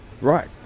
Right